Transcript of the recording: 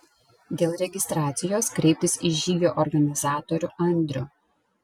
dėl registracijos kreiptis į žygio organizatorių andrių